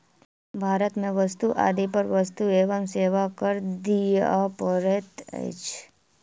भारत में वस्तु आदि पर वस्तु एवं सेवा कर दिअ पड़ैत अछि